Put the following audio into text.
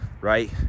right